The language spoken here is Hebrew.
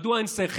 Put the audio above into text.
מדוע אין שכל?